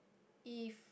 if